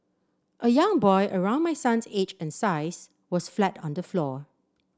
a young boy around my son's age and size was flat on the floor